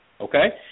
okay